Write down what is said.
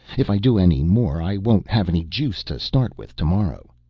if i do any more i won't have any juice to start with tomorrow.